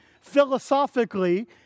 philosophically